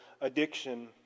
addiction